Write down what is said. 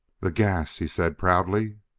the gas! he said proudly.